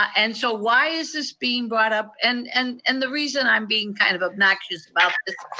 and so why is this being brought up? and and and the reason i'm being kind of obnoxious about this,